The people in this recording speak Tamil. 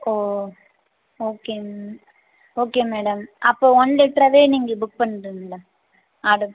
ஓ ஓகே ம் ஓகே மேடம் அப்போது ஒன் லிட்டராவே நீங்கள் புக் பண்ணிடுங்களேன் ஆடர்